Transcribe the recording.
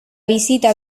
visita